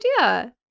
idea